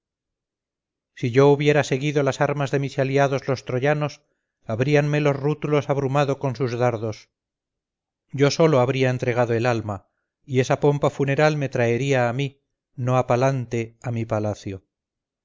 si yo hubiera seguido las armas de mis aliados los troyanos abríanme los rútulos abrumado con sus dardos yo solo habría entregado el alma y esa pompa funeral me traería a mí no a palante a mi palacio